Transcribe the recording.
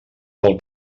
del